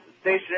station